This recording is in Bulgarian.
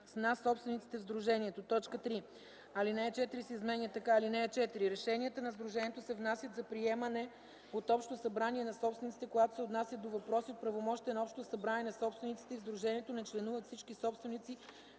„на собствениците в сдружението”. 3. Алинея 4 се изменя така: „(4) Решенията на сдружението се внасят за приемане от общото събрание на собствениците, когато се отнасят до въпроси от правомощията на общото събрание на собствениците и в сдружението не членуват всички собственици